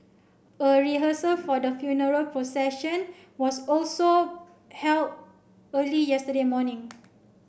a rehearsal for the funeral procession was also held early yesterday morning